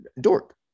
Dork